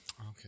Okay